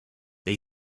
they